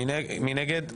מי נגד?